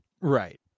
Right